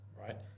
right